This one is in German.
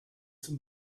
zum